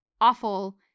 awful